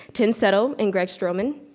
tim settle and greg stroman.